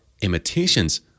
imitations